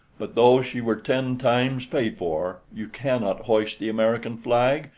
but though she were ten times paid for, you cannot hoist the american flag,